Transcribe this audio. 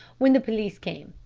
when the police came,